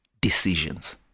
decisions